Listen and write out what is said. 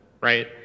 right